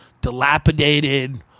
dilapidated